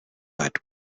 light